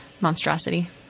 monstrosity